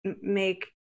make